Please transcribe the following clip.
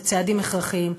אלה צעדים הכרחיים,